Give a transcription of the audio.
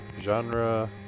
genre